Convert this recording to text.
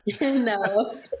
No